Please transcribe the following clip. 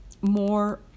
more